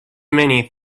many